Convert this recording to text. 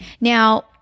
Now